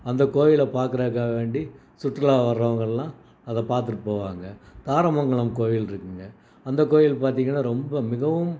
அந்த கோவிலை பார்க்குறதுக்காக வேண்டி சுற்றுலா வரவங்கள்லாம் அதை பார்த்துட்டு போவாங்க தாரமங்கலம் கோவில் இருக்குதுங்க அந்த கோயில் பார்த்தீங்கன்னா ரொம்ப மிகவும்